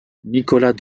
nicolas